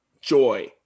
joy